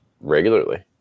regularly